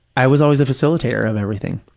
i was always the facilitator of everything.